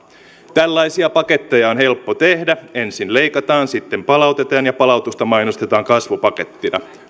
tällaisia paketteja on helppo tehdä ensin leikataan sitten palautetaan ja palautusta mainostetaan kasvupakettina